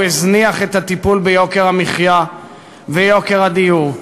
הזניח את הטיפול ביוקר המחיה וביוקר הדיור?